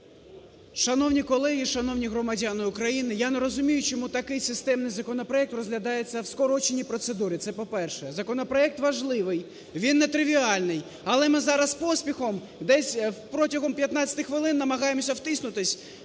Шановні колеги і шановні громадяни України! Я не розумію, чому такий системний законопроект розглядається в скороченій процедурі. Це по-перше. Законопроект важливий, він нетривіальний, але ми зараз поспіхом, десь протягом 15 хвилин, намагаємося втиснутися